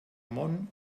món